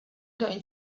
going